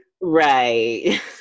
Right